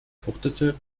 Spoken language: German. fuchtelte